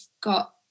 got